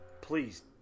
please